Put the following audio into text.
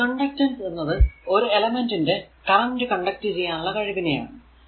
അപ്പോൾ ഈ കണ്ടക്ടൻസ് എന്നത് ഒരു എലെമെന്റിന്റെ കറന്റ് കണ്ടക്ട് ചെയ്യാനുള്ള കഴിവിനെയാണ്